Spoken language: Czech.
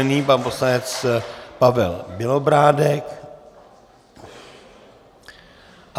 Nyní pan poslanec Pavel Bělobrádek.